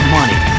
Money